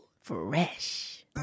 Fresh